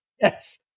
yes